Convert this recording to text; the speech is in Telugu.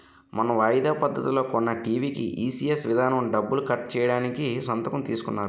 మొన్న వాయిదా పద్ధతిలో కొన్న టీ.వి కీ ఈ.సి.ఎస్ విధానం డబ్బులు కట్ చేయడానికి సంతకం తీసుకున్నారు